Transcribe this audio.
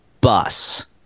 bus